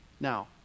Now